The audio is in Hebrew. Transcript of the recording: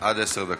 עד עשר דקות.